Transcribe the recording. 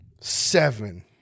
Seven